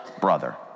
brother